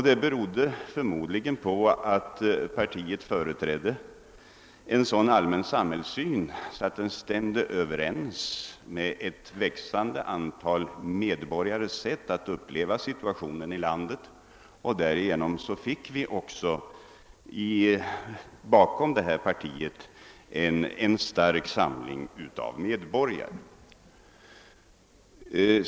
Det berodde förmodligen på att partiet företrädde en sådan allmän samhällssyn att den stämde överens med ett växande antal medborgares sätt att uppleva situationen i landet. Därigenom fick vi också bakom detta parti en stark samling av medborgarna.